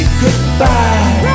goodbye